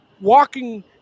walking